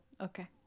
okay